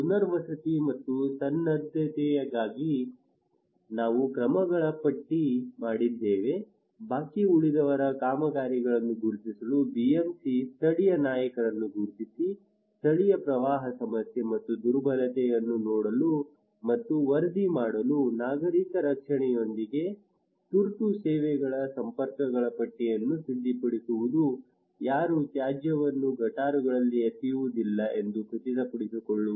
ಪುನರ್ವಸತಿ ಮತ್ತು ಸನ್ನದ್ಧತೆಗಾಗಿ ನಾವು ಕ್ರಮಗಳ ಪಟ್ಟಿ ಮಾಡಿದ್ದೇವೆ ಬಾಕಿ ಉಳಿದಿರುವ ಕಾಮಗಾರಿಗಳನ್ನು ಗುರುತಿಸಲು BMC ಸ್ಥಳೀಯ ನಾಯಕರನ್ನು ಗುರುತಿಸಿ ಸ್ಥಳೀಯ ಪ್ರವಾಹ ಸಮಸ್ಯೆ ಮತ್ತು ದುರ್ಬಲತೆಯನ್ನು ನೋಡಲು ಮತ್ತು ವರದಿ ಮಾಡಲು ನಾಗರಿಕ ರಕ್ಷಣೆಯೊಂದಿಗೆ ತುರ್ತು ಸೇವೆಗಳ ಸಂಪರ್ಕಗಳ ಪಟ್ಟಿಯನ್ನು ಸಿದ್ಧಪಡಿಸುವುದು ಯಾರೂ ತ್ಯಾಜ್ಯವನ್ನು ಗಟಾರಗಳಲ್ಲಿ ಎಸೆಯುವುದಿಲ್ಲ ಎಂದು ಖಚಿತಪಡಿಸಿಕೊಳ್ಳುವುದು